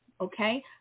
okay